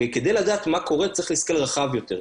וכדי לדעת מה קורה צריך להסתכל רחב יותר.